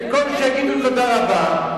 במקום שיגידו תודה רבה,